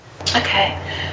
Okay